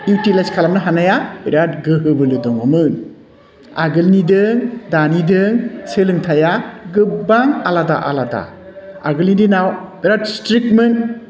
utilise खालामनो हानाया बिराथ गोहो बोलो दङमोन आगोलनिजों दानिजों सोलोंथाइया गोबां आलादा आलादा आगोलनि दिनाव बिराथ स्ट्रिक्तमोन